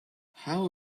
how